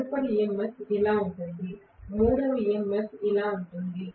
తదుపరి EMF ఇలా ఉంటుంది మూడవ EMF ఇలా ఉంటుంది